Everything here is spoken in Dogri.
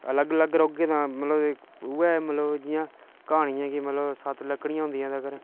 अलग अलग रौह्गे तां मतलब उ'ऐ मतलब जियां क्हानी ऐ कि मतलब सत्त लक्कड़ियां होंदियां तकर